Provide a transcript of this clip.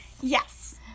Yes